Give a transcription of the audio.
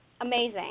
amazing